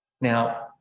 now